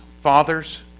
fathers